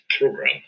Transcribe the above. program